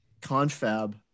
confab